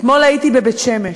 אתמול הייתי בבית-שמש.